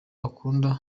akunda